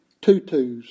tutus